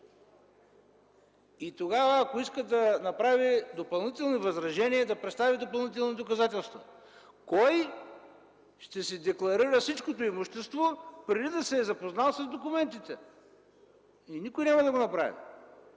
и тогава, ако иска да направи допълнителни възражения, да представи допълнителни доказателства. Кой ще си декларира всичкото имущество преди да се е запознал с документите? Никой няма да го направи,